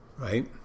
Right